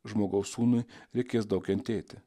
žmogaus sūnui reikės daug kentėti